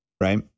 Right